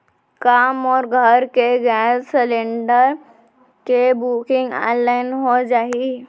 का मोर घर के गैस सिलेंडर के बुकिंग ऑनलाइन हो जाही?